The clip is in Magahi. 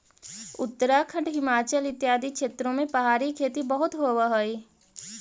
उत्तराखंड, हिमाचल इत्यादि क्षेत्रों में पहाड़ी खेती बहुत होवअ हई